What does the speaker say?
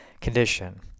condition